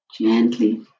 gently